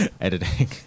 editing